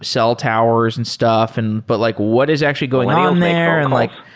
cell towers and stuff, and but like what is actually going on there? and like